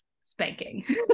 spanking